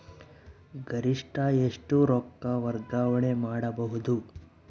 ಗರಿಷ್ಠ ಎಷ್ಟು ರೊಕ್ಕ ವರ್ಗಾವಣೆ ಮಾಡಬಹುದು?